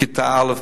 כיתה א',